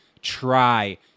try